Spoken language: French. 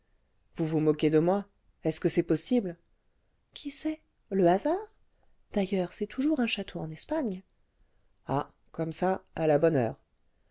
vous vous moquez de moi est-ce que c'est possible qui sait le hasard d'ailleurs c'est toujours un château en espagne ah comme ça à la bonne heure